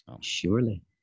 surely